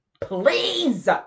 please